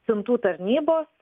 siuntų tarnybos